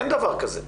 אין דבר כזה.